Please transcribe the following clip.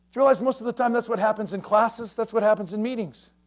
realize most of the time that's what happens in classes that's what happens in meetings.